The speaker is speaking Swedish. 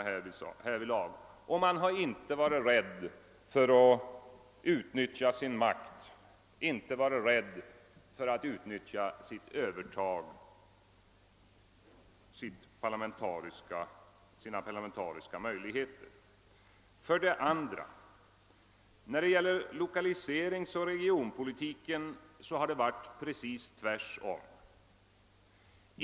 Man har inte varit rädd för att utnyttja sin makt, sitt övertag och sina parlamentariska möjligheter. När det gäller lokaliseringsoch regionpolitiken har det varit precis tvärtom.